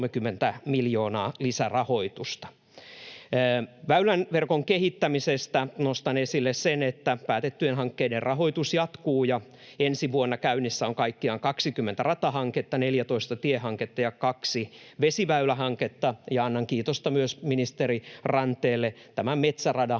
Väyläverkon kehittämisestä nostan esille sen, että päätettyjen hankkeiden rahoitus jatkuu ja ensi vuonna käynnissä on kaikkiaan 20 ratahanketta, 14 tiehanketta ja kaksi vesiväylähanketta. Annan kiitosta myös ministeri Ranteelle tämän metsäradan